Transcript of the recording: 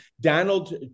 Donald